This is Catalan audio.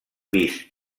vist